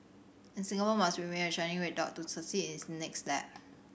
and Singapore must remain a shining red dot to succeed in its next lap